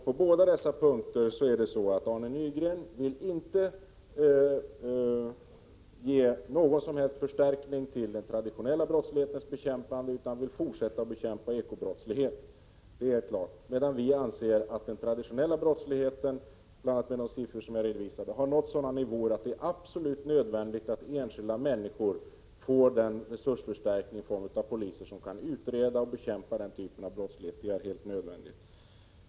På dessa punkter vill Arne Nygren inte ge någon förstärkning till den traditionella brottslighetens bekämpande utan vill fortsätta att bekämpa ekobrottsligheten, medan vi anser att den traditionella brottsligheten, bl.a. med hänvisning till de siffror jag redovisade, har nått sådana nivåer att det är absolut nödvändigt för enskilda människor att polisen får en resursförstärkning i form av poliser som kan utreda och bekämpa den typen av brottslighet. Det är helt nödvändigt.